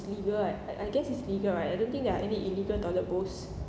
legal I I I guess it's legal right I don't think there are any illegal toilet bowls